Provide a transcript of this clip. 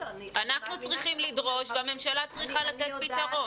אנחנו צריכים לדרוש והממשלה צריכה לתת פתרון.